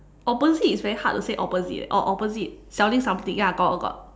opposite is very hard to say opposite eh or opposite selling something ya got got got